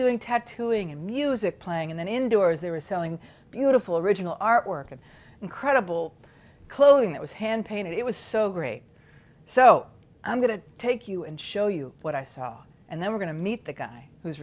doing tattooing and music playing and indoors they were selling beautiful original artwork of incredible clothing that was hand painted it was so great so i'm going to take you and show you what i saw and then we're going to meet the guy who's